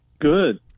Good